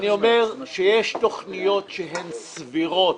אני אומר שיש תוכניות שהן סבירות.